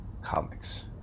comics